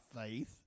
faith